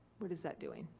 what is that doing?